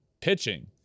pitching